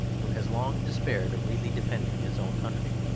who has long despaired of really defending his own country,